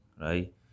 right